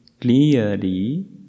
clearly